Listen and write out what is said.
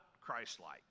Christ-like